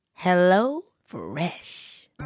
HelloFresh